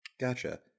Gotcha